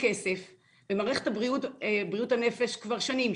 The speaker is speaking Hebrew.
וכסף ומערכת בריאות הנפש כבר שנים,